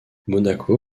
monaco